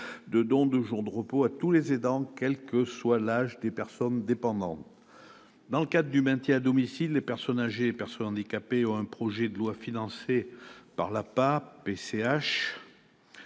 de don de jours de repos à tous les aidants, quel que soit l'âge de la personne dépendante. Dans le cadre du maintien à domicile, les personnes âgées et les personnes handicapées ont un projet de vie financé par l'APA ou